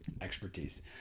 expertise